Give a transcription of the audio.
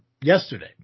yesterday